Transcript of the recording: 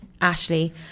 Ashley